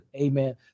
Amen